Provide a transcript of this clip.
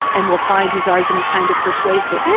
and we'll find his argument kind of persuasive.